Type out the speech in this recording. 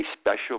special